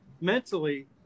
mentally